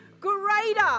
greater